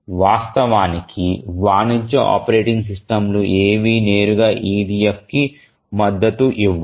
వాస్తవానికి వాణిజ్య ఆపరేటింగ్ సిస్టమ్లు ఏవీ నేరుగా EDFకి మద్దతు ఇవ్వవు